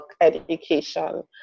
education